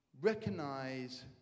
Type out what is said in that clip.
recognize